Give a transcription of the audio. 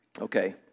Okay